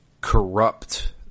corrupt